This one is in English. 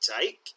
take